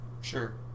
Sure